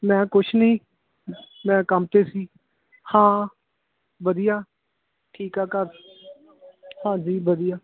ਮੈਂ ਕੁਛ ਨਹੀਂ ਮੈਂ ਕੰਮ 'ਤੇ ਸੀ ਹਾਂ ਵਧੀਆ ਠੀਕ ਆ ਘਰ ਹਾਂਜੀ ਵਧੀਆ